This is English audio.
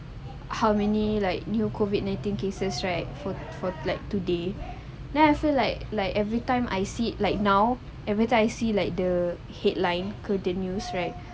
how many like new COVID nineteen cases right for for like today then I feel like like every time I see like now every time I see like the headline news right